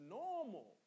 normal